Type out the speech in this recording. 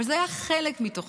אבל זה היה חלק מתוכנית,